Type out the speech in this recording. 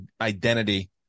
identity